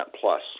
plus